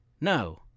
No